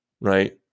right